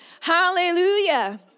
Hallelujah